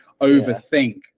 overthink